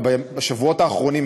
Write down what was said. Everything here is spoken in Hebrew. ובשבועות האחרונים,